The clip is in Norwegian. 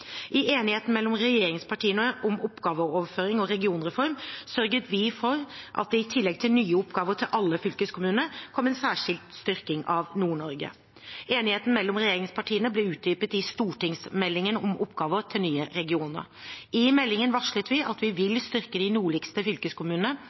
I enigheten mellom regjeringspartiene om oppgaveoverføring og regionreform sørget vi for at det i tillegg til nye oppgaver til alle fylkeskommunene kom en særskilt styrking av Nord-Norge. Enigheten mellom regjeringspartiene ble utdypet i stortingsmeldingen om oppgaver til nye regioner. I meldingen varslet vi at vi